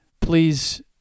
please